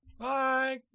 Bye